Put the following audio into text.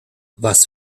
was